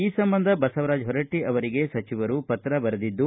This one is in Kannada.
ಈ ಸಂಬಂಧ ಬಸವರಾಜ ಹೊರಟ್ಟ ಅವರಿಗೆ ಸಚಿವರು ಪತ್ರ ಬರೆದಿದ್ದು